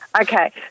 Okay